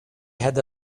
had